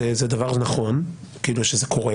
נכון את הנתונים